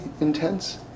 intense